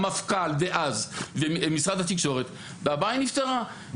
המפכ"ל דאז ומשרד התקשורת והבעיה נפתרה.